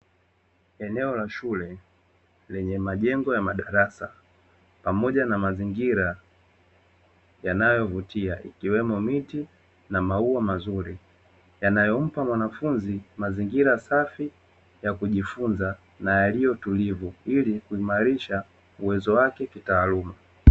Eneo la shule lenye majengo ya madarasa pamoja na mazingira yanayovutia ikiwemo miti na maua mazuri, yanayompa mwanafunzi mazingira safi ya kujifunza na yaliyo tulivu, ili kuimarisha uwezo wake kitaaluma.